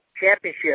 championship